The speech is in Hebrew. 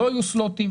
לפריפריה.